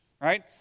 right